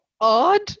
odd